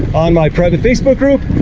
on my private facebook group,